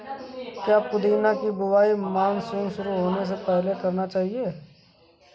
क्या पुदीना की बुवाई मानसून शुरू होने से पहले करना चाहिए?